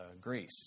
Greece